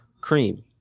cream